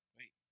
Wait